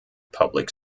public